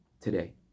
today